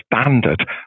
standard